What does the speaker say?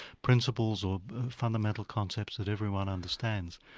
principles or fundamental concepts that everyone understands.